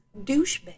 douchebag